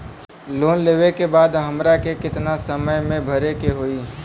Loan लेवे के बाद हमरा के कितना समय मे भरे के होई?